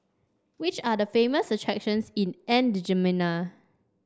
which are the famous attractions in N'Djamena